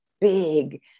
big